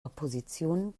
opposition